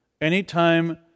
Anytime